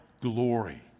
glory